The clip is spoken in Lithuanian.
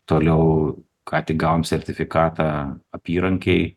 toliau ką tik gavom sertifikatą apyrankei